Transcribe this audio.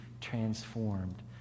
transformed